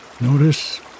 notice